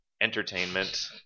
entertainment